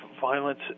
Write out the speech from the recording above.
violence